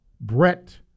Brett